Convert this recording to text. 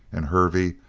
and hervey,